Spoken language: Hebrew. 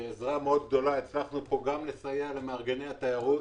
בעזרה מאוד גדולה, הצלחנו לסייע למארגני התיירות.